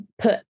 put